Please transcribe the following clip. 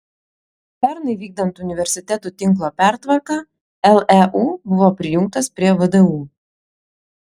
pernai vykdant universitetų tinklo pertvarką leu buvo prijungtas prie vdu